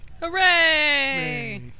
Hooray